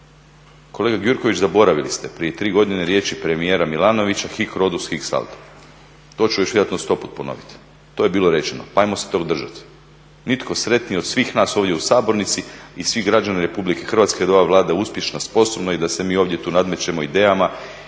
Kolega Gjurković, zaboravili ste prije tri godine riječi premijera Milanovića "Hic Rhodus, hic salta!" To ću još vjerojatno sto put ponovit, to je bilo rečeno. Pa hajmo se tog držat! Nitko sretniji od svih nas ovdje u sabornici i svi građani Republike Hrvatske da je ova Vlada uspješna, sposobna i da se mi ovdje tu nadmećemo idejama